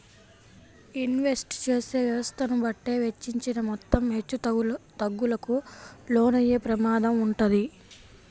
invest చేసే వ్యవస్థను బట్టే వెచ్చించిన మొత్తం హెచ్చుతగ్గులకు లోనయ్యే ప్రమాదం వుంటది